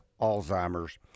Alzheimer's